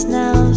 now